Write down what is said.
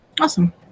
awesome